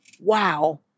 wow